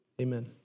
amen